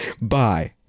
Bye